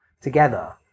together